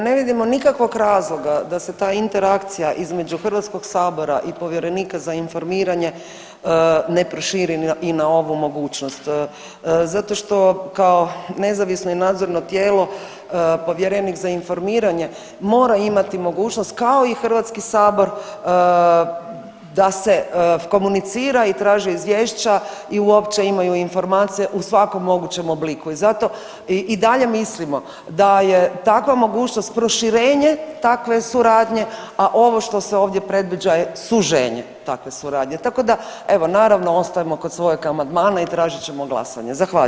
Hvala vam, da, ne vidimo nikakvog razloga da se ta interakcija između HS i povjerenika za informiranje ne proširi i na ovu mogućnost zato što kao nezavisno i nadzorno tijelo povjerenik za informiranje mora imati mogućnost kao i HS da se komunicira i traže izvješća i uopće imaju informacije u svakom mogućem obliku i zato i dalje mislimo da je takva mogućnost proširenje takve suradnje, a ovo što se ovdje predviđa je suženje takve suradnje, tako da evo naravno ostajemo kod svojeg amandmana i tražit ćemo glasanje, zahvaljujem.